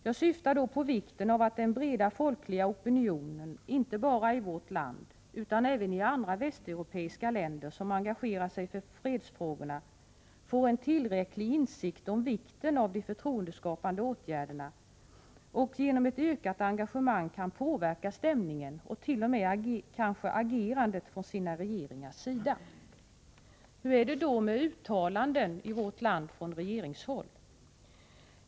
Jag syftar då på vikten av att den breda folkliga opinionen, inte bara i vårt land utan även i andra västeuropeiska länder, som engagerar sig för fredsfrågorna får en tillräcklig insikt om vikten av de förtroendeskapande åtgärderna och genom ett ökat engagemang kan påverka stämningen och kanske t.o.m. agerandet från sina regeringars sida. Hur är det då med uttalanden i vårt land från regeringshåll?